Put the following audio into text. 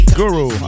guru